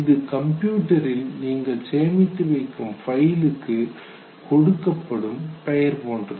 இது கம்ப்யூட்டரில் நீங்கள் சேமித்து வைக்கும் ஃபைலுக்கும் கொடுக்கப்படும் பெயர் போன்றது